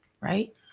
right